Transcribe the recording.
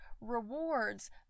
rewards